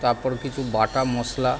তারপর কিছু বাটা মশলা